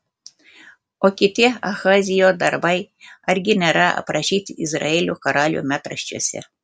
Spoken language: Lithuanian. o kiti ahazijo darbai argi nėra aprašyti izraelio karalių metraščiuose